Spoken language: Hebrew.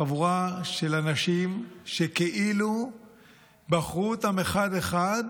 חבורה של אנשים שכאילו בחרו אותם אחד-אחד,